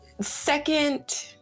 second